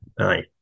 aye